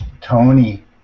Tony